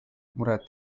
muret